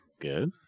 Good